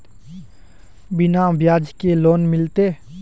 बिना ब्याज के लोन मिलते?